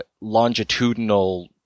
longitudinal